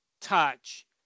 touch